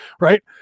Right